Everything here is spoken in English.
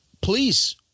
Please